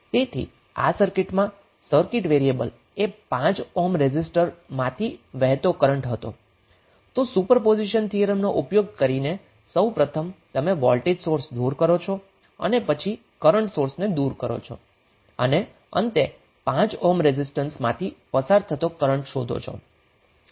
તેથી આ કિસ્સામાં સર્કિટ વેરિયેબલ એ 5 ઓહ્મ રેઝિસ્ટન્સ માથી વહેતો કરન્ટ હતો તો સુપરપોઝિશન થિયરમનો ઉપયોગ કરીને સૌપ્રથમ તમે વોલ્ટેજ સોર્સને દૂર કરો અને પછી તમે કરન્ટ સોર્સને દૂર કરો છો અને અંતે 5 ઓહ્મ રેઝિસ્ટન્સમાંથી પસાર થતો કરંટ શોધો છો